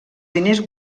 diners